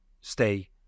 stay